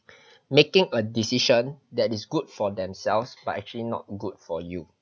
making a decision that is good for themselves but actually not good for you